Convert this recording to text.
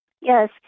Yes